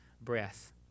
breath